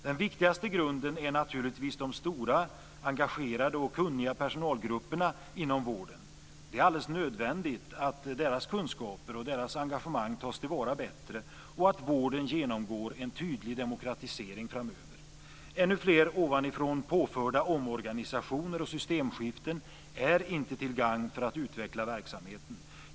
Den viktigaste grunden är naturligtvis de stora engagerade och kunniga personalgrupperna inom vården. Det är alldeles nödvändigt att deras kunskaper och deras engagemang tas till vara bättre, och att vården genomgår en tydlig demokratisering framöver. Ännu fler ovanifrån påförda omorganisationer och systemskiften är inte till gagn för att utveckla verksamheten.